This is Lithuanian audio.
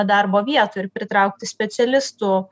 darbo vietų ir pritraukti specialistų